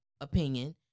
Opinion